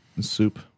soup